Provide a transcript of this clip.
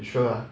you sure ah